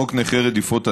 חוק נכי רדיפות הנאצים,